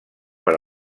per